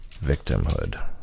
victimhood